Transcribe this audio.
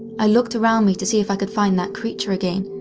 i looked around me to see if i could find that creature again,